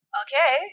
okay